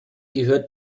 gehörten